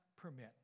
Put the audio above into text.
permit